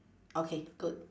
okay good